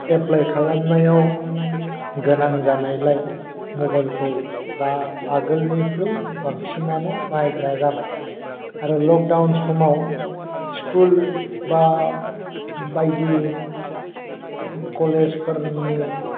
apply खालामनायाव गोनां जानायलाय मबाइलखौ दा आगोलनिख्रुय बांसिनानो बाहायग्रा जाबाय आरो लकदाउन समाव स्कुल बा बायदि कलेजफोरनि